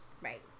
Right